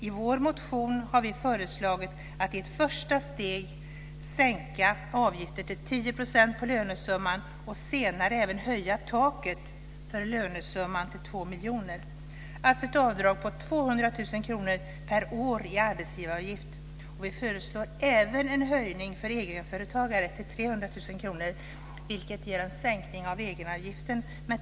I vår motion har vi föreslagit att i ett första steg sänka dessa avgifter till 10 % av lönesumman och senare även höja taket för lönesumman till 2 miljoner, dvs. ett avdrag på 200 000 kr per år i arbetsgivaravgift. Vi föreslår även en höjning för egenföretagare till Fru talman!